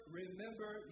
remember